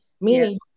meaning